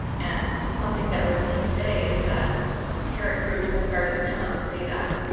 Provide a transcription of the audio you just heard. and something that we're seeing today is that parent groups have started to come out and say that.